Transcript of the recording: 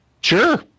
Sure